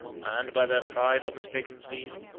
and, by their pride or mistaken zeal,